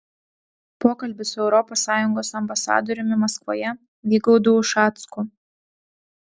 pokalbis su europos sąjungos ambasadoriumi maskvoje vygaudu ušacku